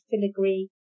filigree